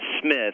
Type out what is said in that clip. Smith